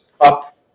up